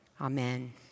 Amen